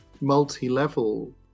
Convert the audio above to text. multi-level